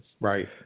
Right